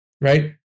right